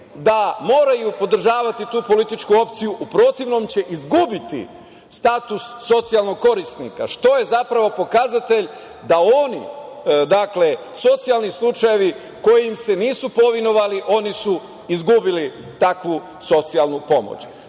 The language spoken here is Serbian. da moraju podržavati tu političku opciju, jer će u protivnom izgubiti status socijalnog korisnika, što je zapravo pokazatelj da oni, socijalni slučajevi koji im se nisu povinovali, oni su izgubili takvu socijalnu pomoć. Borbi